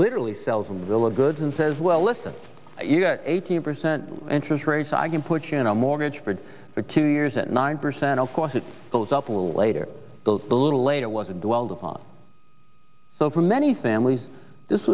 literally sells on the bill of goods and says well listen you got eighteen percent interest rates i can put you in a mortgage for two years at nine percent of course it goes up a little later the little later wasn't dwelled on so for many families this